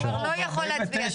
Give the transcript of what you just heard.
הוא כבר לא יכול להצביע שם.